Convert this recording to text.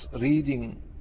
reading